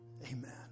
Amen